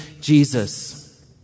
Jesus